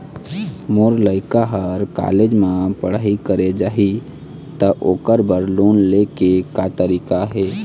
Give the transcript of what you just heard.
मोर लइका हर कॉलेज म पढ़ई करे जाही, त ओकर बर लोन ले के का तरीका हे?